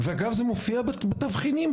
ואגב זה מופיע בתבחינים.